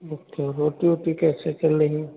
अच्छा रोटी वोटी कैसे चल रही है